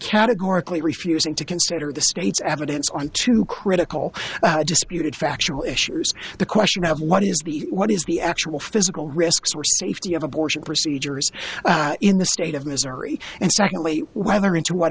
categorically refusing to consider the state's evidence on two critical disputed factual issues the question of what is the what is the actual physical risks or safety of abortion procedures in the state of missouri and secondly whether in to what